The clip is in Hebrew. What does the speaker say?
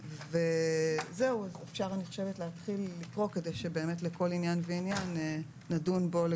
אני חושבת שאפשר להתחיל לקרוא כדי שנדון בכל עניין ועניין לגופו.